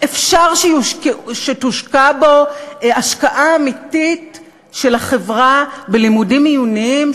אפשר שתושקע בו השקעה אמיתית של החברה בלימודים עיוניים,